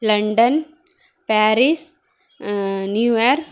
London Paris New York